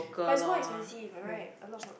but is more expensive right